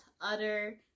utter